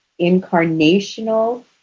incarnational